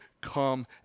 come